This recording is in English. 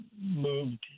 moved